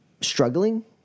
struggling